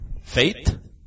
Faith